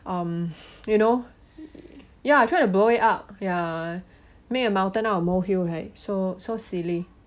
um you know ya try to blow it up ya make a mountain out of a molehill right so so silly